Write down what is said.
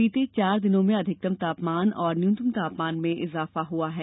बीते चार दिनों में अधिकतम तापमान और न्यूनतम तापमान में इजाफा हुआ है